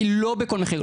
היא לומר שלא בכל מחיר,